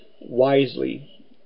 wisely